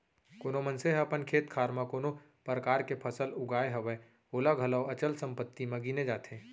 कोनो मनसे ह अपन खेत खार म कोनो परकार के फसल उगाय हवय ओला घलौ अचल संपत्ति म गिने जाथे